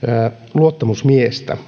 luottamusmiestä